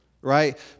right